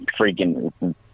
freaking